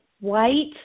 white